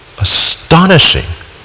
Astonishing